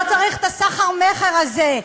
לא צריך את הסחר-מכר הזה.